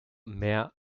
mehr